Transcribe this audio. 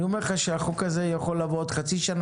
אני אומר לך שהחוק הזה יכול לבוא עוד חצי-שנה,